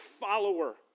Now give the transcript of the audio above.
follower